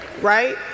Right